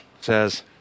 says